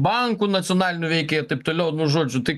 bankų nacionalinių veikia ir taip toliau nu žodžiu tai